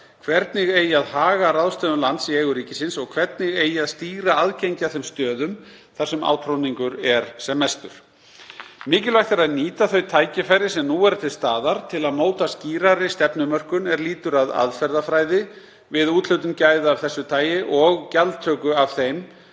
hvernig eigi að haga ráðstöfun lands í eigu ríkisins og hvernig eigi að stýra aðgengi að þeim stöðum þar sem átroðningur er sem mestur. Mikilvægt er að nýta þau tækifæri sem nú eru til staðar til að móta skýrari stefnumörkun er lýtur að aðferðafræði við úthlutun gæða af þessu tagi og gjaldtöku af þeim